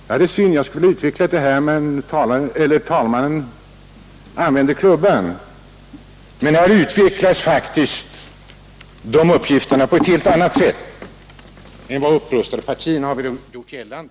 Jag skulle ha fortsatt, men talmannen använder sin klubba, min tid är ute. Här utvecklas emellertid faktiskt de uppgifterna på ett helt annat sätt än vad upprustarpartierna har gjort gällande.